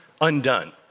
undone